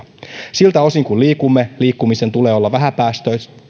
siltä osin kuin liikumme liikkumisen tulee olla vähäpäästöistä